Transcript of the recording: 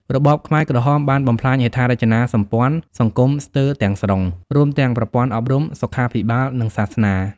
របបខ្មែរក្រហមបានបំផ្លាញហេដ្ឋារចនាសម្ព័ន្ធសង្គមស្ទើរទាំងស្រុង រួមទាំងប្រព័ន្ធអប់រំ សុខាភិបាល និងសាសនា។